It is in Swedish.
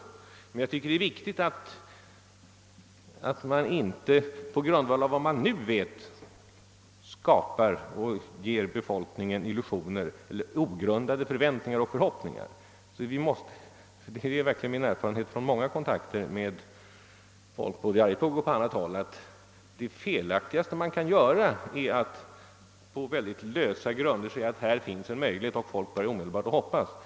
Jag tycker dock att det är viktigt att man inte på grundval av vad man nu vet skapar illusioner, som ger befolkningen ogrundade förväntningar och förhoppningar. Det är verkligen min erfarenhet från många kontakter med personer både från Arjeplog och från annat håll att det felaktigaste man kan göra är att på lösa grunder säga att det finns vissa möjligheter. Då börjar folk nämligen omedelbart att hoppas.